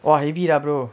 !wah! heavy lah